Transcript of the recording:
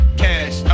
cash